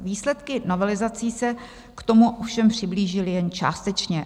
Výsledky novelizací se k tomu ovšem přiblížily jen částečně.